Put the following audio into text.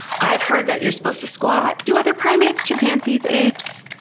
i've heard that you're supposed to squat. do other primates, chimpanzees, apes,